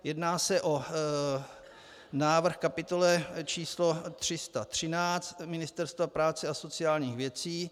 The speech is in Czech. Jedná se o návrh v kapitole 313 Ministerstvo práce a sociálních věcí.